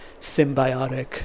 symbiotic